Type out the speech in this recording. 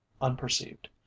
unperceived